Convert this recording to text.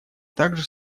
также